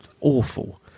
awful